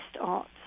art